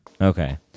Okay